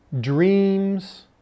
dreams